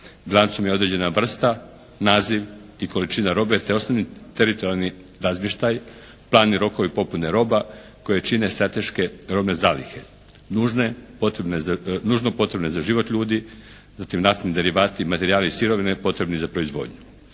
Bilancom je određena vrsta, naziv i količina robe te osnovni teritorijalni razmještaj, plan i rokovi popune roba koje čine strateške robne zalihe, nužno potrebne za život ljudi, zatim naftni derivati, materijali i sirovine potrebni za proizvodnju.